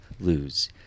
lose